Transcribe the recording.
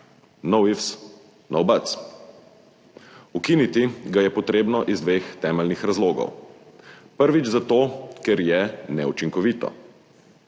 »no ifs, no buts«. Ukiniti ga je treba iz dveh temeljnih razlogov. Prvič zato, ker je neučinkovito.